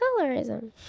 Colorism